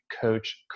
coach